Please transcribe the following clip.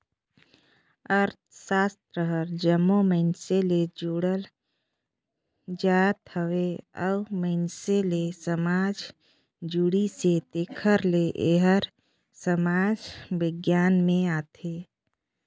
अर्थसास्त्र हर जम्मो मइनसे ले जुड़ल जाएत हवे अउ मइनसे ले समाज जुड़िस हे तेकर ले एहर समाज बिग्यान में आथे